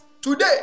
today